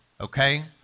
Okay